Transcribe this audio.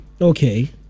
okay